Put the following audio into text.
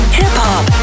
hip-hop